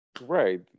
Right